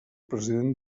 president